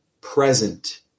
present